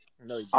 No